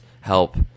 help